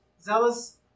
Zealous